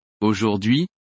Aujourd'hui